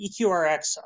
EQRX